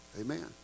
Amen